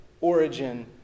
origin